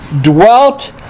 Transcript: dwelt